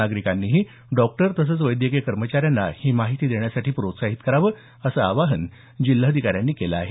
नागरिकांनीही डॉक्टर तसंच वैद्यकीय कर्मचाऱ्यांना ही माहिती देण्यासाठी प्रोत्साहित करावं असं आवाहन जिल्हाधिकारी चव्हाण यांनी केलं आहे